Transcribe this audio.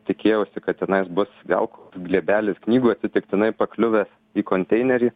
tikėjausi kad tenais bus gal glėbelis knygų atsitiktinai pakliuvęs į konteinerį